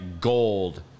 gold